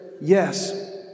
yes